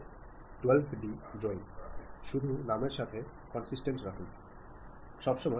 എന്നാൽ ചിലപ്പോൾ നിങ്ങളുടെ ധാരണ ആയിരിക്കില്ല റിസീവറിന്